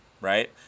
right